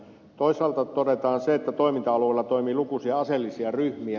toisaalta todetaan että toiminta alueella toimii lukuisia aseellisia ryhmiä